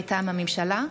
מטעם הממשלה,